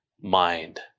mind